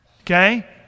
okay